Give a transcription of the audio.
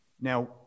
Now